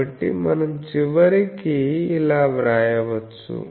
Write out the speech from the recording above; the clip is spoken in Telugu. కాబట్టి మనం చివరికి ఇలా వ్రాయవచ్చు